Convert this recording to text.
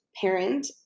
parent